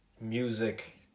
music